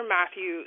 Matthew